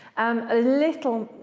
um a little,